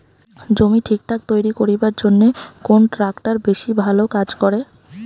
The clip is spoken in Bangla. জমি ঠিকঠাক তৈরি করিবার জইন্যে কুন ট্রাক্টর বেশি ভালো কাজ করে?